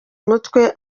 umutwe